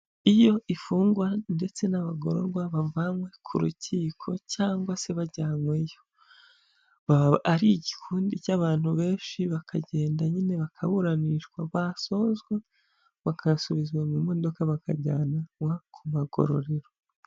Iyo imfungwa ndetse n'abagororwa bavanywe ku rukiko cyangwa se bajyanyweyo, baba ari igikundi cy'abantu benshi bakagenda nyine bakaburanishwa, basozwa bakasubizwa mu modoka bakajyanwa ku magororero.